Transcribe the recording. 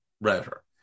router